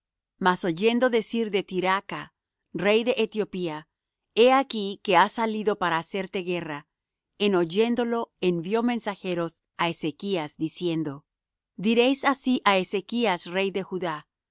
mas oyendo decir de tirhakah rey de etiopía he aquí que ha salido para hacerte guerra en oyéndolo envió mensajeros á ezechas diciendo diréis así á ezechas rey de judá